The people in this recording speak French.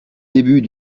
débuts